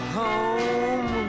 home